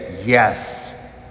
yes